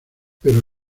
pero